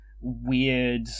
weird